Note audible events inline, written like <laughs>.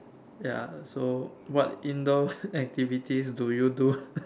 yeah so what indoor activities do you do <laughs>